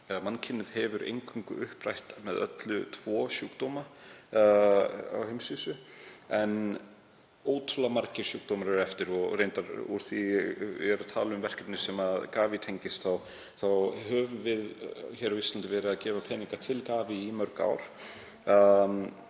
mannkynið eingöngu upprætt með öllu tvo sjúkdóma á heimsvísu, en ótrúlega margir sjúkdómar eru eftir. Og reyndar, úr því að ég er að tala um verkefni sem GAVI tengist, þá höfum við á Íslandi verið að gefa peninga til GAVI í mörg ár